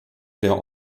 der